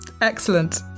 excellent